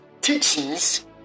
teachings